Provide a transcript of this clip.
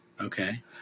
Okay